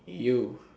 you